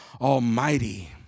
Almighty